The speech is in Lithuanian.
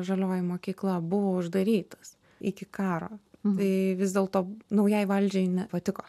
žalioji mokykla buvo uždarytas iki karo tai vis dėlto naujai valdžiai nepatiko